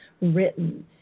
written